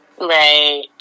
Right